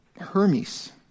Hermes